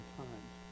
times